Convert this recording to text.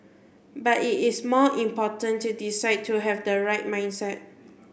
but it is more important to decide to have the right mindset